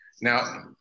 Now